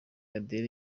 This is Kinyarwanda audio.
adele